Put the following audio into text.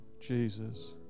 Jesus